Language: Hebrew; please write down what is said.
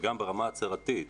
וגם ברמה ההצהרתית,